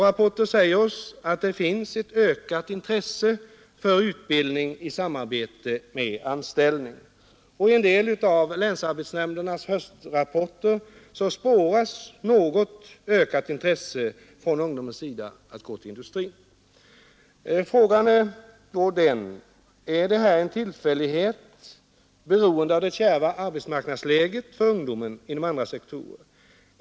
Rapporterna säger oss att det finns ett ökat intresse för utbildning i samarbete med anställning. I en del av länsarbetsnämndernas höstrapporter spåras ett något ökat intresse från ungdomen att gå till industrin. Frågan är då: Är detta en tillfällighet, beroende på det kärva arbetsmarknadsläget för ungdomen inom andra sektorer?